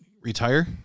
retire